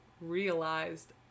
realized